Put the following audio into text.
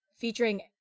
featuring